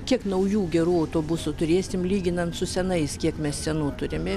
kiek naujų gerų autobusų turėsim lyginant su senais kiek mes senų turime